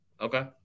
Okay